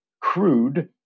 crude